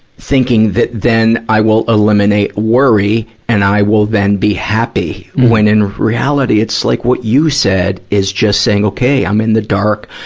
thinking that them i will eliminate worry and i will then be happy, when in reality, it's like what you said, is just saying, okay, i'm in the dark.